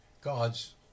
God's